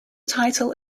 title